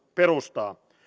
perustaa